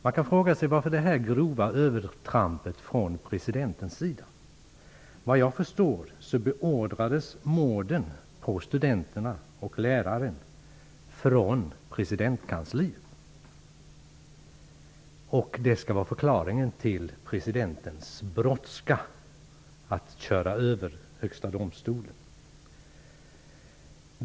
Man kan fråga sig varför det här grova övertrampet från presidentens sida gjordes. Såvitt jag förstår beordrades morden på studenterna och läraren från presidentskansliet. Det skulle vara förklaringen till presidentens brådska att köra över Högsta domstolen.